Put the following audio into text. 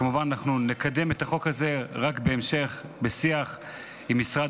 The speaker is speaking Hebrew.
כמובן שנקדם את החוק הזה רק בשיח עם משרד